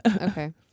Okay